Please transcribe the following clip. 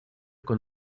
con